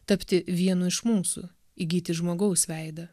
tapti vienu iš mūsų įgyti žmogaus veidą